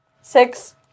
Six